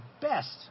best